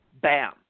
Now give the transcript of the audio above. bam